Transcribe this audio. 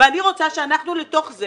ואני רוצה שאנחנו לתוך זה